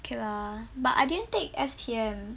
okay lah but I didn't take S_P_M